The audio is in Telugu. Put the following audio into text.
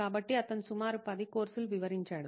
కాబట్టి అతను సుమారు 10 కోర్సులను వివరించాడు